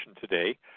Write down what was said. today